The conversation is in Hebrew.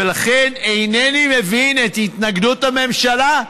ולכן אינני מבין את התנגדות הממשלה.